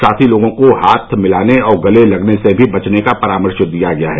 साथ ही लोगों को हाथ मिलाने और गले लगने से भी बचने का परामर्श दिया गया है